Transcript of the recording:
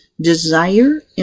desire